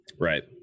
right